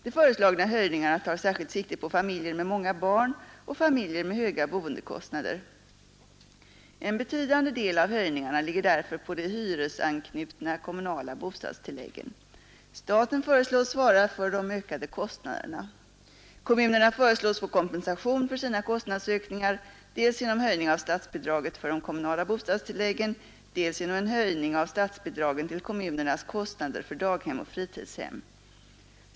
De föreslagna höjningarna tar särskilt sikte på familjer med många barn och familjer med höga boendekostnader. En betydande del av höjningarna ligger därför på de hyresanknutna kommunala bostadstilläggen. Staten föreslås svara för de ökade kostnaderna. Kommunerna föreslås få kompensation för sina kostnadsökningar dels genom höjning av statsbidraget för de kommunala bostadstilläggen och dels genom en höjning av statsbidragen till kommunernas kostnader för daghem och fritidshem.